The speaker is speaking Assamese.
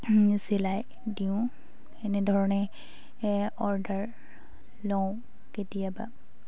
চিলাই দিওঁ এনেধৰণে অৰ্ডাৰ লওঁ কেতিয়াবা